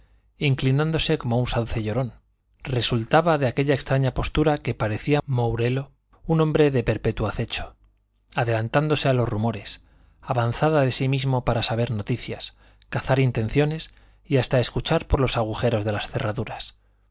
inclinándose como un sauce llorón resultaba de aquella extraña postura que parecía mourelo un hombre en perpetuo acecho adelantándose a los rumores avanzada de sí mismo para saber noticias cazar intenciones y hasta escuchar por los agujeros de las cerraduras